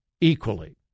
equally